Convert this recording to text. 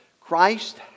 Christ